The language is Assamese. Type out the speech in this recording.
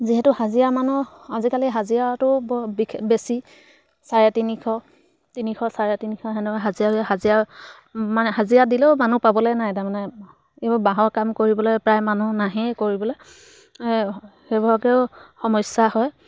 যিহেতু হাজিৰা মানুহ আজিকালি হাজিৰাটো বৰ বিশেষ বেছি চাৰে তিনিশ তিনিশ চাৰে তিনিশ তেনেকৈ হাজিৰা হাজিৰা মানে হাজিৰা দিলেও মানুহ পাবলে নাই তাৰমানে এইবোৰ বাঁহৰ কাম কৰিবলে প্ৰায় মানুহ নাহেই কৰিবলে সেইভাগেও সমস্যা হয়